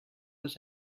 was